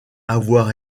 avoir